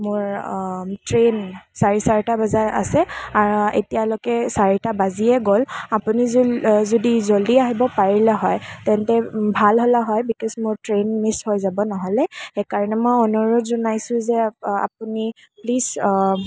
মোৰ ট্ৰেইন চাৰে চাৰিটা বজাত আছে এতিয়ালৈকে চাৰিটা বাজিয়ে গ'ল আপুনি যদি জল্দি আহিব পাৰিলে হয় তেন্তে ভাল হ'লে হয় বিকজ মোৰ ট্ৰেইন মিচ হৈ যাব নহ'লে সেইকাৰণে মই অনুৰোধ জনাইছোঁ যে আপুনি প্লিজ